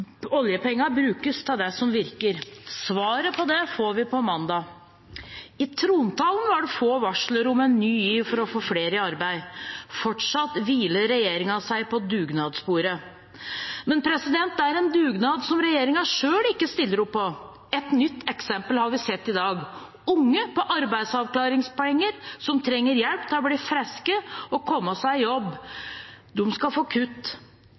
oljepengene brukes på det som virker. Svaret på det får vi på mandag. I trontalen var det få varsler om en ny giv for å få flere i arbeid. Fortsatt hviler regjeringen seg på dugnadsbordet. Men det er en dugnad som regjeringen selv ikke stiller opp på. Et nytt eksempel har vi sett i dag. Unge på arbeidsavklaringspenger som trenger hjelp til å bli friske og komme seg i jobb, skal få kutt.